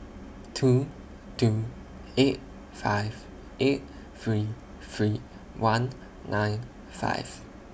two two eight five eight three three one nine five